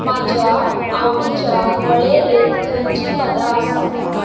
म्हज्या आवडीच्या वळेरेंत खंयचीं पदां आसात